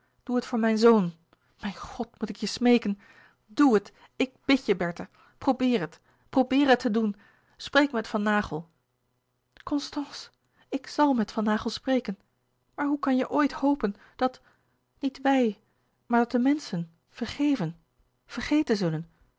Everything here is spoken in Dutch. doe het voor mijn zoon mijn god moet ik je smeeken doe het ik bid je bertha probeer het probeer het te doen spreek met van naghel constance ik zàl met van naghel spreken maar hoe kan je ooit hopen dat niet wij maar dat de menschen vergeven vergeten zullen